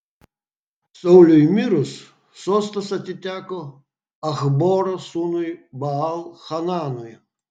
sauliui mirus sostas atiteko achboro sūnui baal hananui